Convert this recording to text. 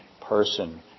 person